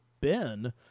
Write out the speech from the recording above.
Ben